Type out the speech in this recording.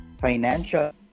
Financial